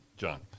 John